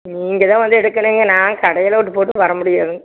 நீங்கள் தான் வந்து எடுக்கணுங்க நான் கடையலா விட்டுபோட்டு வர முடியாதுங்க